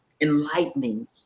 enlightening